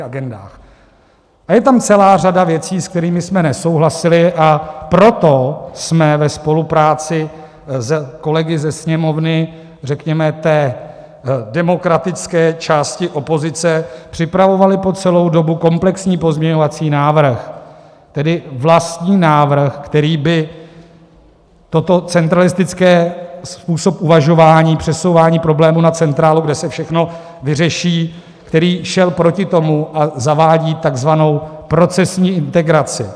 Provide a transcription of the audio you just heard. A je tam celá řada věcí, s kterými jsme nesouhlasili, a proto jsme ve spolupráci s kolegy ze Sněmovny, řekněme té demokratické části opozice, připravovali po celou dobu komplexní pozměňovací návrhy, tedy vlastní návrh, který by tento centralistický způsob uvažování, přesouvání problémů na centrálu, kde se všechno vyřeší, který šel proti tomu a zavádí takzvanou procesní integraci.